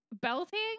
Belting